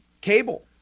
cable